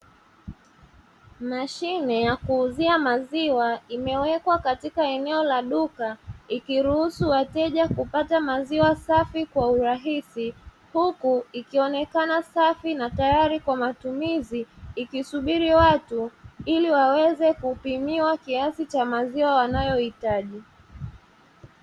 Mashine ya kuuzia maziwa imewekwa katika eneo la duka ikiruhusu wateja kupata maziwa safi kwa urahisi, huku ikionekana safi na tayari kwa matumizi ikisubiri watu ili waweze kupimiwa kiasi cha maziwa wanayohitaji.